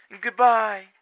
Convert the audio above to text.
Goodbye